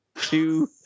two